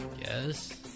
Yes